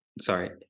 sorry